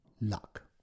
luck